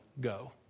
go